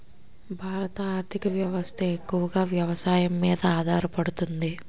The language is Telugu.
భారత ఆర్థిక వ్యవస్థ ఎక్కువగా వ్యవసాయం మీద ఆధారపడుతుంది